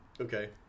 Okay